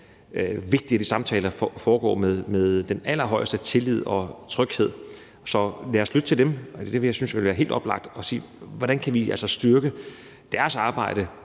vigtigt, at de samtaler foregår med den allerhøjeste tillid og tryghed. Så lad os lytte til dem – det ville jeg synes ville være helt oplagt – og se på, hvordan vi kan styrke deres arbejde